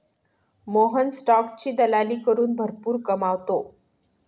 मोहन स्टॉकची दलाली करून भरपूर कमावतो